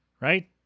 Right